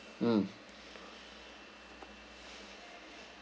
mm